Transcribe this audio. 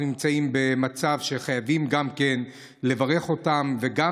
אנחנו נמצאים במצב שחייבים לברך אותם וגם